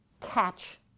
catch